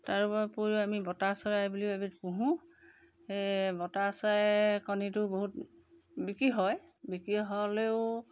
তাৰোপৰিও আমি বতা চৰাই বুলিও পোহোঁ সেই বতা চৰায়ে কণীটো বহুত বিক্ৰী হয় বিক্ৰী হ'লেও